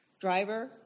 driver